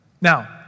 Now